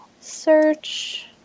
search